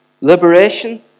Liberation